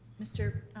mr.